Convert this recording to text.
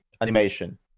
animation